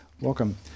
Welcome